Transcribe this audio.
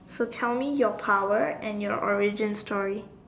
so tell me your power and your origin story